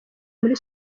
muri